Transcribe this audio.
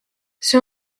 see